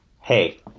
hey